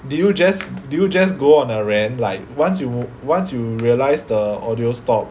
did you just did you just go on a rant like once you once you realize the audio stop